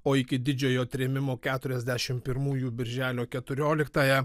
o iki didžiojo trėmimo keturiasdešimt pirmųjų birželio keturioliktąją